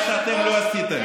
מה שאתם לא עשיתם.